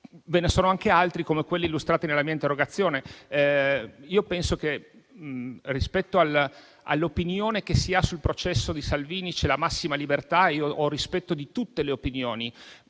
Ve ne sono anche altri, come quelli illustrati nella mia interrogazione. Penso che, rispetto all'opinione che si ha sul processo di Salvini, ci sia la massima libertà ed io ho rispetto di tutte le opinioni.